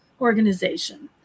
organization